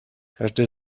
każdy